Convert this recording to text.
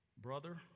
Brother